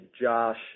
Josh